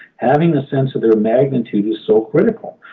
having the sense of their magnitude is so critical.